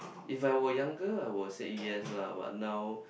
if I were younger I will said yes lah but now